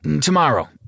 Tomorrow